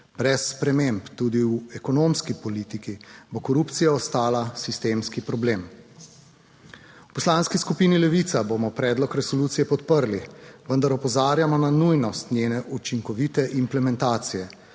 Brez sprememb tudi v ekonomski politiki bo korupcija ostala sistemski problem. V Poslanski skupini Levica bomo predlog resolucije podprli, vendar opozarjamo na nujnost njene učinkovite implementacije.